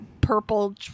purple